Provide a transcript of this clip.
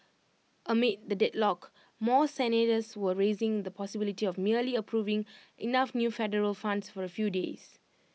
amid the deadlock more senators were raising the possibility of merely approving enough new Federal Funds for A few days